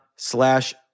slash